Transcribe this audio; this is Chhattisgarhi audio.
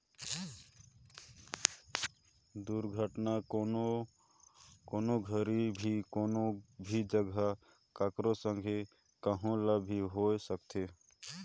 दुरघटना, कोनो घरी भी, कोनो भी जघा, ककरो संघे, कहो ल भी होए सकथे